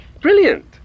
Brilliant